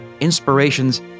inspirations